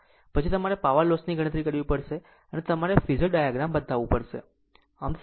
પછી તમારે પાવર લોસની ગણતરી કરવી પડશે અને તમારે ફેઝર ડાયાગ્રામ બતાવવું પડશે